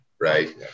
Right